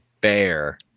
bear